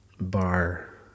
Bar